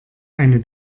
eine